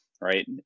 right